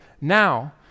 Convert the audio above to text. Now